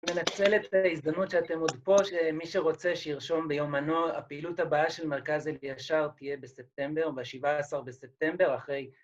מנצלת את ההזדמנות שאתם עוד פה, שמי שרוצה שירשום ביומנו, הפעילות הבאה של מרכז אליישר תהיה בספטמבר, ב-17 בספטמבר אחרי